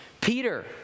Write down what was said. Peter